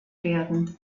werden